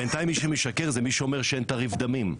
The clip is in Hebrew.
בינתיים מי שמשקר זה מי שאומר שאין תעריף דמים.